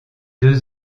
deux